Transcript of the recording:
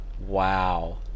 Wow